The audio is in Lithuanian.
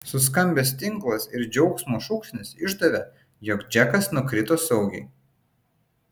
suskambęs tinklas ir džiaugsmo šūksnis išdavė jog džekas nukrito saugiai